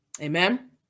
amen